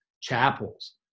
chapels